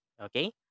Okay